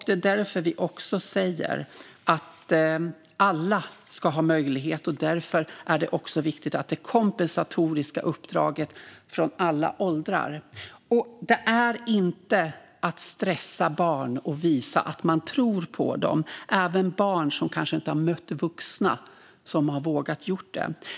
Det är därför vi också säger att alla ska ha möjlighet, och därför är det viktigt att det kompensatoriska uppdraget gäller för alla åldrar. Det är inte att stressa barn att visa att man tror på dem. Det gäller även barn som kanske inte har mött vuxna som har vågat göra det.